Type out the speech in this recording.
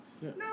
No